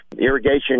Irrigation